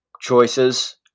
choices